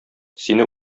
сине